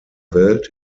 welt